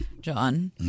John